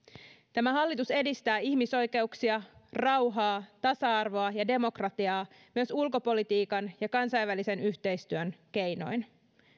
tämä hallitus edistää ihmisoikeuksia rauhaa tasa arvoa ja demokratiaa myös ulkopolitiikan ja kansainvälisen yhteistyön keinoin